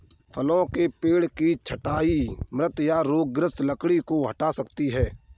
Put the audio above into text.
फलों के पेड़ की छंटाई मृत या रोगग्रस्त लकड़ी को हटा सकती है